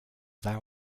thou